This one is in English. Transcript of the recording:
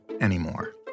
anymore